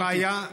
אין לי בעיה.